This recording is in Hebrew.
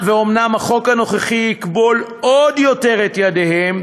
החוק הנוכחי יכבול עוד יותר את ידיהם,